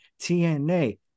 TNA